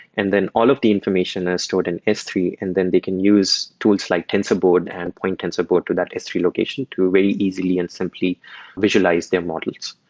and then all of the information is stored in s three and then they can use tools like tensorboard and point tensorboard to that s three location to very easily and simply visualize their models.